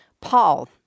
Paul